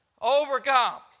overcome